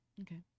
Okay